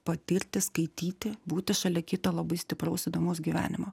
patirti skaityti būti šalia kito labai stipraus įdomaus gyvenimo